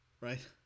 right